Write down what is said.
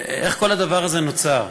איך כל הדבר הזה נוצר?